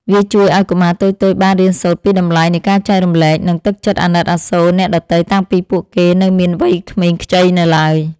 វាជួយឱ្យកុមារតូចៗបានរៀនសូត្រពីតម្លៃនៃការចែករំលែក និងទឹកចិត្តអាណិតអាសូរអ្នកដទៃតាំងពីពួកគេនៅមានវ័យក្មេងខ្ចីនៅឡើយ។